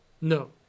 No